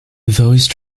those